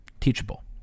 Teachable